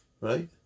Right